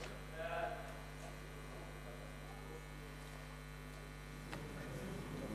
בדבר תיקון טעות בחוק הכללת אמצעי זיהוי